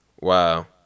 Wow